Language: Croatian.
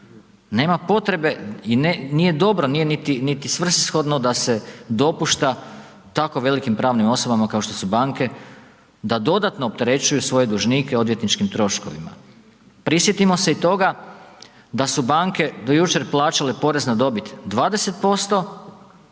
nema potrebe i nije dobro, nije niti svrsishodno da se dopušta tako velikim pravnim osobama kao što su banke da dodatno opterećuju svoje dužnike odvjetničkim troškovima. Prisjetimo se i toga da su banke do jučer plaćale porez na dobit 20%,